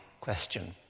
question